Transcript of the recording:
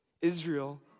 Israel